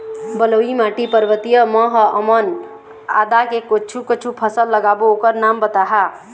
बलुई माटी पर्वतीय म ह हमन आदा के कुछू कछु फसल लगाबो ओकर नाम बताहा?